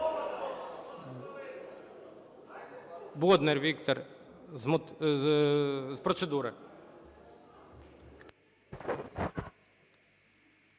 Бондар Віктор з процедури.